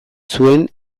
zuen